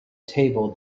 table